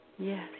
Yes